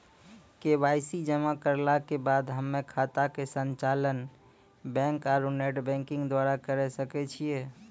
KYC जमा करला के बाद हम्मय खाता के संचालन बैक आरू नेटबैंकिंग द्वारा करे सकय छियै?